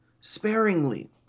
sparingly